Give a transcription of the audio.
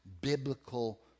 biblical